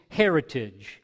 heritage